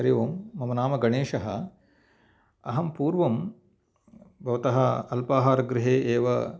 हरि ओम् मम नाम गणेशः अहं पूर्वं भवतः अल्पाहारगृहे एव